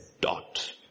dot